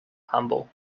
humble